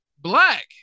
Black